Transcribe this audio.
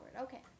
Okay